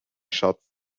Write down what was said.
schatz